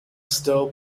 still